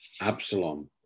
Absalom